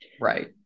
Right